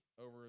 over